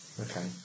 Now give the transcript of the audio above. Okay